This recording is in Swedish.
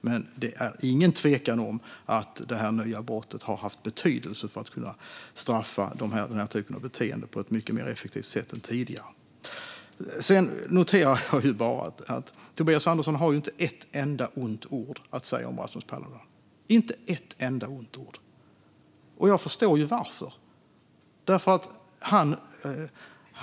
Men det är ingen tvekan om att det nya brottet har haft betydelse för att kunna straffa den här typen av beteende på ett mycket mer effektivt sätt än tidigare. Sedan noterar jag bara att Tobias Andersson inte har ett enda ont ord att säga om Rasmus Paludan, inte ett enda ont ord. Jag förstår varför.